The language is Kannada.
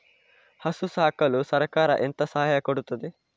ಹಸು ಸಾಕಲು ಸರಕಾರ ಎಂತ ಸಹಾಯ ಕೊಡುತ್ತದೆ?